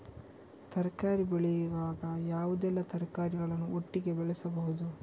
ತರಕಾರಿ ಬೆಳೆಯುವಾಗ ಯಾವುದೆಲ್ಲ ತರಕಾರಿಗಳನ್ನು ಒಟ್ಟಿಗೆ ಬೆಳೆಸಬಹುದು?